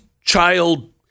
child